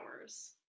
hours